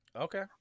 okay